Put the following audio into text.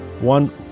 one